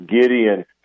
Gideon